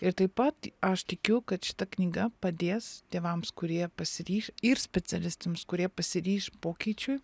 ir taip pat aš tikiu kad šita knyga padės tėvams kurie pasiryš ir specialistams kurie pasiryš pokyčiui